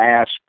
asked